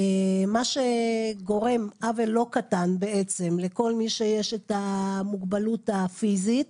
דבר שגורם עוול לא קטן לכל מי שיש לו את המוגבלות הפיזית.